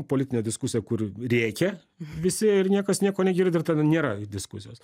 politinė diskusija kur rėkia visi ir niekas nieko negirdi ir tada nėra diskusijos